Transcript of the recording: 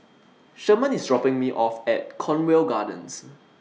Sherman IS dropping Me off At Cornwall Gardens